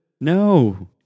No